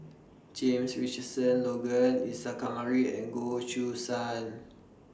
James Richardson Logan Isa Kamari and Goh Choo San